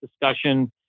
discussion